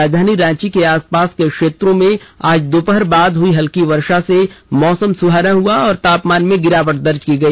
राजधानी रांची और आस पास के क्षेत्रों मे आज दोपहर बाद हुई हल्की वर्षा से मौसम सुहाना हुआ और तापमान मे गिरावट दर्ज की गई